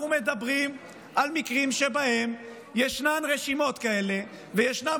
אנחנו מדברים על מקרים שבהם ישנן רשימות כאלה וישנם